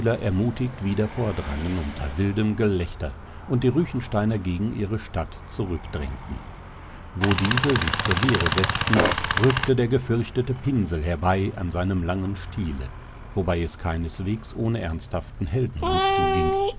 ermutigt wieder vordrangen unter wildem gelächter und die ruechensteiner gegen ihre stadt zurückdrängten wo diese sich zur wehre setzten rückte der gefürchtete pinsel herbei an seinem langen stiele wobei es keineswegs ohne ernsthaften heldenmut zuging